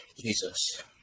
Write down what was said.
Jesus